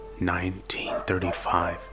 1935